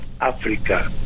Africa